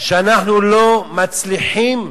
שאנחנו לא מצליחים,